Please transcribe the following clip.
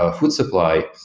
ah food supply,